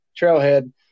trailhead